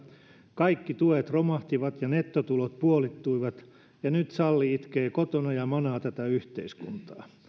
kaikki tuet romahtivat ja nettotulot puolittuivat ja nyt salli itkee kotona ja manaa tätä yhteiskuntaa